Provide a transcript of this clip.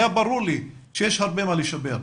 והיה ברור לי שיש הרבה מה לשפר,